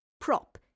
prop